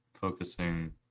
focusing